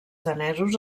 danesos